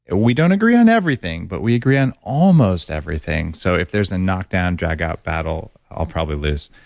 and we don't agree on everything, but we agree on almost everything. so if there's a knock-down drag-out battle, i'll probably lose.